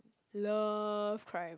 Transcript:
love crime